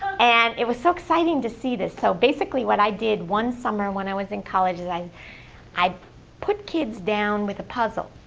and it was so exciting to see this. so basically, what i did one summer when i was in college is i i put kids down with a puzzle.